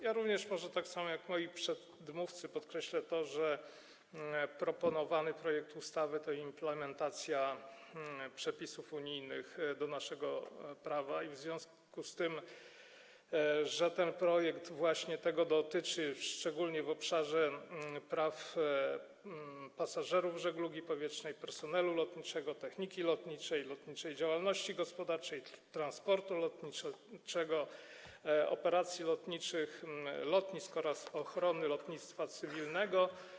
Ja również, tak samo jak moi przedmówcy, podkreślę to, że proponowany projekt ustawy to implementacja przepisów unijnych do naszego prawa - ten projekt właśnie tego dotyczy - szczególnie w obszarze praw pasażerów, żeglugi powietrznej, personelu lotniczego, techniki lotniczej, lotniczej działalności gospodarczej, transportu lotniczego, operacji lotniczych, lotnisk oraz ochrony lotnictwa cywilnego.